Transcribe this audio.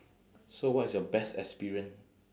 so what is your best experience